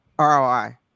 ROI